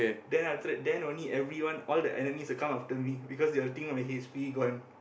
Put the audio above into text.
then after that then only everyone all the enemies will come after me because they'll think my h_p gone